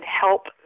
help